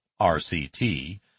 RCT